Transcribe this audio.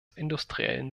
industriellen